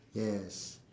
yes